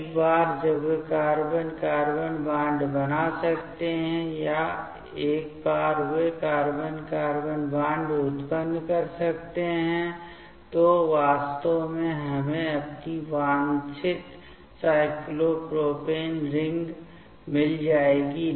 एक बार जब वे कार्बन कार्बन बॉन्ड बना सकते हैं या एक बार वे कार्बन कार्बन बॉन्ड उत्पन्न कर सकते हैं तो वास्तव में हमें अपनी वांछित साइक्लोप्रोपेन रिंग मिल जाएगी